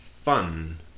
fun